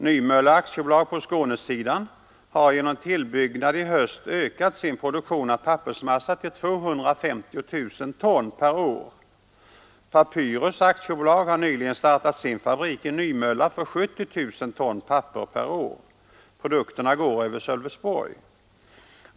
Nymölla AB på Skånesidan har genom tillbyggnad i höst ökat sin produktion av pappersmassa till 250 000 ton per år. Papyrus AB har nyligen startat sin fabrik i Nymölla för 70 000 ton papper per år Produkterna går över Sölvesborg.